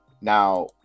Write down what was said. Now